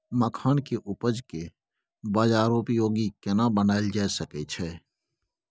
मखान के उपज के बाजारोपयोगी केना बनायल जा सकै छै?